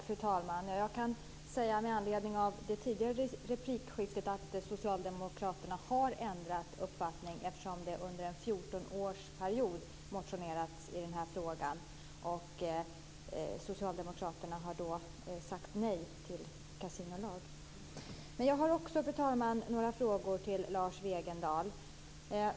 Fru talman! Jag kan med anledning av det tidigare replikskiftet säga att socialdemokraterna har ändrat uppfattning eftersom det under en fjortonårsperiod motionerats i den här frågan, och socialdemokraterna har då sagt nej till en kasinolag. Fru talman! Jag har också några frågor till Lars Wegendal.